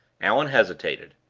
allan hesitated.